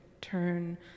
turn